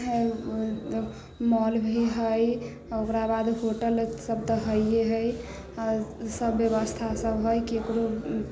माओल भी हइ ओकरा बाद होटलसभ तऽ हइए हइ सभ व्यवस्थासभ हइ ककरो